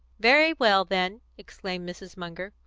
very well, then, exclaimed mrs. munger,